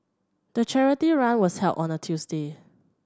the charity run was held on a Tuesday